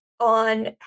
on